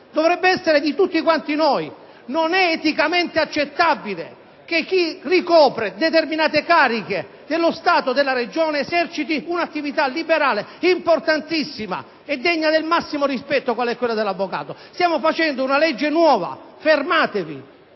dovrebbe essere patrimonio di tutti noi. Non è eticamente accettabile che chi ricopre determinate cariche dello Stato o della Regione eserciti un'attività liberale importantissima e degna di massimo rispetto, qual è quella dell'avvocato. Stiamo approvando una legge nuova; fermatevi,